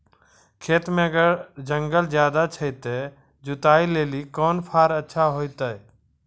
खेत मे अगर जंगल ज्यादा छै ते जुताई लेली कोंन फार अच्छा होइतै?